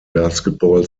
basketball